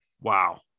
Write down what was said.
Wow